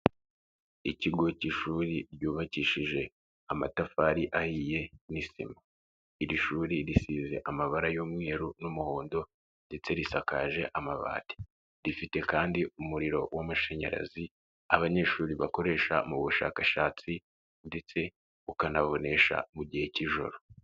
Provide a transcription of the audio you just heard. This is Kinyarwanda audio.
Ikigo k'ishuri ryubakishije amatafari ahiye n'isima. Iri shuri risize amabara y'umweru n'umuhondo ndetse risakaje amabati. Rifite kandi umuriro w'amashanyarazi abanyeshuri bakoresha mu bushakashatsi ndetse ukanabonesha mu gihe k'ijoro.